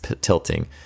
tilting